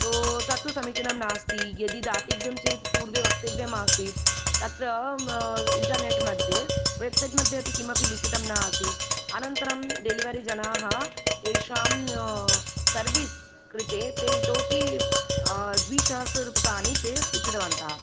तो तत्तु समिचीनं नास्ति यदि दातव्यं चेत् पूर्वं वक्तव्यमासीत् तत्र इण्टर्नेट् मध्ये वेब्सैट् मध्ये अपि किमपि लिखितं न आसीत् अनन्तरं डेलिवरि जनाः तेषां सर्वीस् कृते ते इतोऽपि द्विसहस्ररूप्यकाणि ते स्वीकृतवन्तः